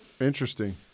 Interesting